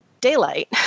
daylight